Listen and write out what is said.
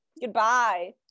Goodbye